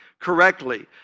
correctly